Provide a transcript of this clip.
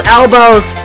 elbows